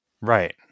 Right